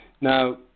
Now